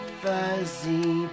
fuzzy